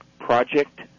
Project